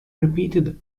repeated